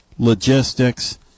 Logistics